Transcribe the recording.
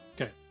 Okay